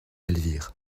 elvire